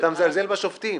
אתה מזלזל בשופטים.